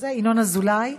ינון אזולאי.